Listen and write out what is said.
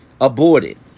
aborted